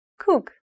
Cook